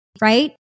Right